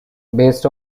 based